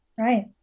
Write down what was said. Right